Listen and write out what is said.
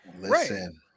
Listen